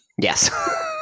yes